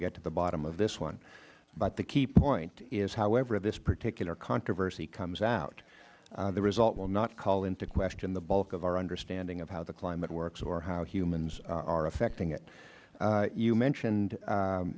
get to the bottom of this one but the key point is however this particular controversy comes out the result will not call into question the bulk of our understanding of how the climate works or how humans are affecting it you mentioned